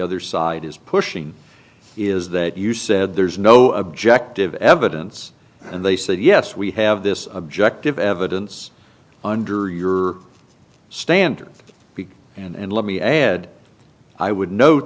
other side is pushing is that you said there's no objective evidence and they said yes we have this objective evidence under your standard big and let me add i would note